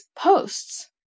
posts